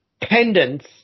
pendants